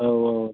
औ औ औ